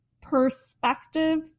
perspective